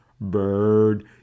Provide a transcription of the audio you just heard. bird